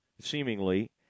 seemingly –